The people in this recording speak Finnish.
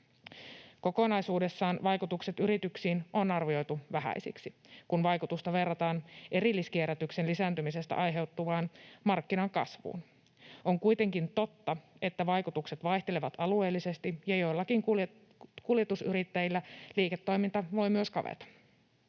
Kokonaisuudessaan vaikutukset yrityksiin on arvioitu vähäisiksi, kun vaikutusta verrataan erilliskierrätyksen lisääntymisestä aiheutuvaan markkinan kasvuun. On kuitenkin totta, että vaikutukset vaihtelevat alueellisesti ja joillakin kuljetusyrittäjillä liiketoiminta voi myös kaveta.